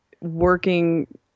working